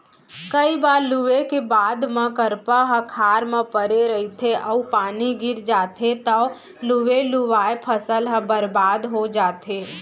कइ बार लूए के बाद म करपा ह खार म परे रहिथे अउ पानी गिर जाथे तव लुवे लुवाए फसल ह बरबाद हो जाथे